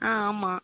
ஆ ஆமா